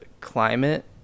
climate